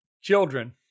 children